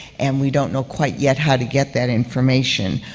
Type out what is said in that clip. and we don't know quite yet how to get that information.